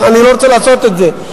אבל אני לא רוצה לעשות את זה.